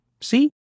See